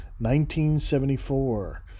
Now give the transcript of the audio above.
1974